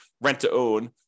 rent-to-own